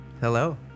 Hello